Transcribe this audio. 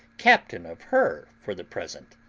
captain of her for the present.